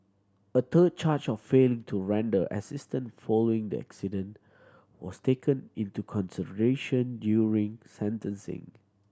a third charge of failing to render assistance following the accident was taken into consideration during sentencing